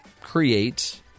create